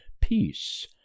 Peace